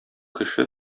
кеше